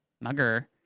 mugger